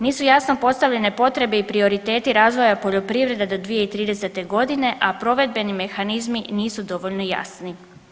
Nisu jasno postavljene potrebe i prioriteti razvoja poljoprivrede do 2030. godine, a provedbeni mehanizmi nisu dovoljno jasni.